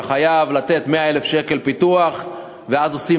אתה חייב לתת 100,000 שקל פיתוח ואז עושים